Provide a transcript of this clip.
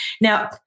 Now